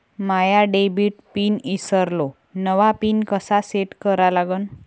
माया debit pin ईसरलो, नवा pin कसा सेट करा लागन?